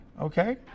Okay